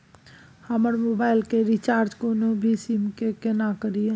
हम मोबाइल के रिचार्ज कोनो भी सीम के केना करिए?